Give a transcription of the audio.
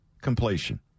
completion